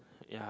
yeah